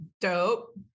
Dope